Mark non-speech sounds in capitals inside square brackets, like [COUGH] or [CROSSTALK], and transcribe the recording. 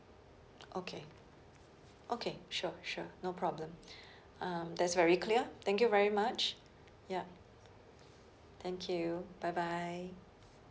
okay okay sure sure no problem [BREATH] um that's very clear thank you very much ya thank you bye bye